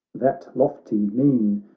that lofty mien.